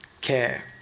care